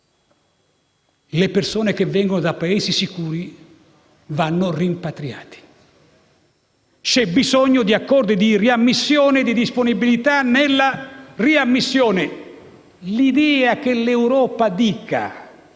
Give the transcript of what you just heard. Le persone che vengono da Paesi sicuri vanno rimpatriate. C'è bisogno di accordi di riammissione e di disponibilità nella riammissione. Se un Paese